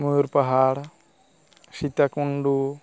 Mayur Pahar Sita Kund